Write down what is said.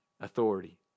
authority